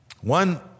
one